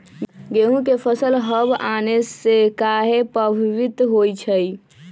गेंहू के फसल हव आने से काहे पभवित होई छई?